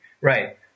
Right